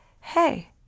hey